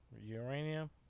Uranium